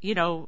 you know